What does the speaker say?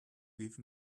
give